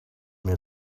mir